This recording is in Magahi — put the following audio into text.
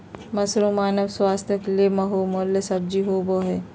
मशरूम मानव स्वास्थ्य ले बहुमूल्य सब्जी होबय हइ